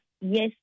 Yes